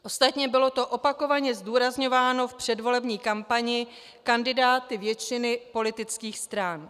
Ostatně bylo to opakovaně zdůrazňováno v předvolební kampani kandidáty většiny politických stran.